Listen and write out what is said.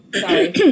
Sorry